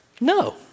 No